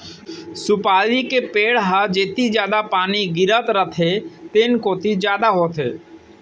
सुपारी के पेड़ ह जेती जादा पानी गिरत रथे तेन कोती जादा होथे